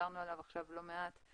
שדיברנו עליו עכשיו לא מעט.